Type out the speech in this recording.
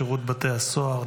שירות בתי הסוהר,